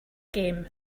game